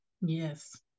Yes